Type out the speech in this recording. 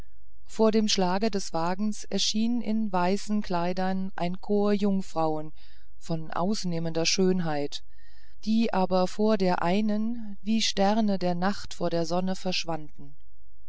vor dem schlage des wagens erschien in weißen kleidern ein chor jungfrauen von ausnehmender schönheit die aber vor der einen wie die sterne der nacht vor der sonne verschwanden